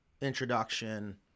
introduction